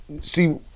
See